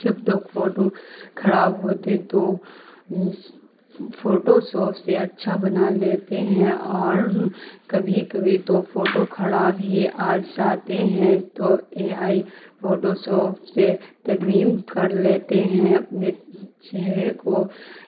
جب تک فوٹو خراب ہوتے تو اس فوٹو ساپ سے اچھا بنا لیتے ہیں اور کبھی کبھی تو فوٹو خراب ہی آ جاتے ہیں تو اے آئی فوٹو شاپ سے ترمیم کر لیتے ہیں اپنے چہرے کو